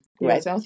right